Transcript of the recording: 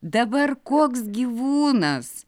dabar koks gyvūnas